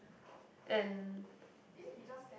and